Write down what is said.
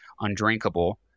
undrinkable